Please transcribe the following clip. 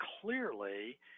clearly